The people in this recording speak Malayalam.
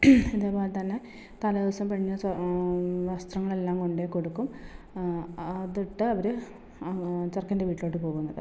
അതേപോലെ തന്നെ തലേ ദിവസം പെണ്ണിന് വസ്ത്രങ്ങളെല്ലാം കൊണ്ടു കൊടുക്കും അത് ഇട്ട് അവർ ചെറുക്കൻ്റെ വീട്ടിലോട്ട് പോകുന്നത്